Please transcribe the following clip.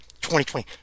2020